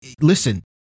listen